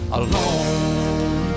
alone